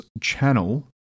channel